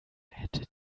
hätte